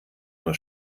nur